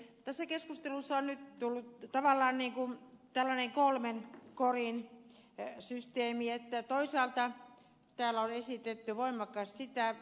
tässä keskustelussa on nyt tullut esille tavallaan tällainen kolmen korin systeemi että toisaalta täällä oli sitten vanha kärsitään